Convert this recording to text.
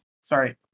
Sorry